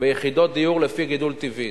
ביחידות דיור לפי גידול טבעי.